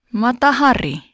matahari